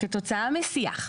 כתוצאה משיח,